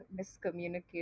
miscommunication